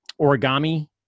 origami